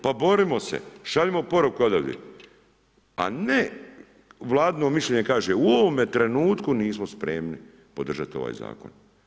Pa borimo se, šaljimo poruku odavde, a ne vladino mišljenje kaže u ovome trenutku nismo spremni podržati ovaj zakon.